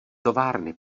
továrny